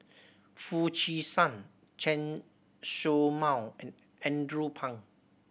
Foo Chee San Chen Show Mao and Andrew Phang